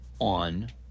on